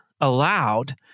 allowed